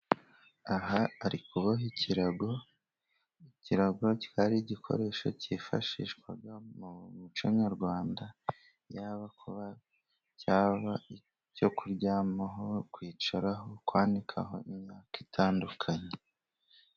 Aha ari kuboha ikirago; ikirago kikaba ari igikoresho cyifashishwa mu muco nyarwanda, cyaba icyo kuryamaho, kwicaraho, kwanikaho imyaka itandukanye.